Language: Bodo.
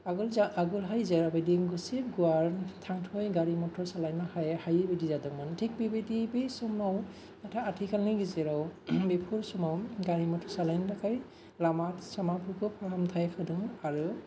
आगोल जा आगोलहाय जाबायदि गुसेब गुवार थांथावै गारि मटर सालायनो हायै बायदि जादोंमोन थिक बेबायदि बे समाव आथिखालनि गेजेराव बेफोर समाव गारि मटर सालायनो थाखाय लामा सामाफोरखौ फाहामथाय होदों आरो